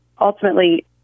ultimately